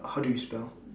how do you spell